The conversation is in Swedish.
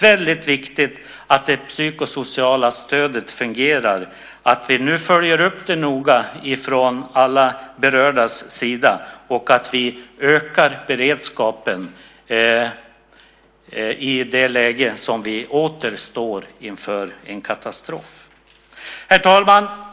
väldigt viktigt att det psykosociala stödet fungerar, att alla berörda nu följer upp det noga och att vi ökar beredskapen inför ett läge där vi åter står inför en katastrof. Herr talman!